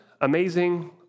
amazing